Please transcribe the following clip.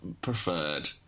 preferred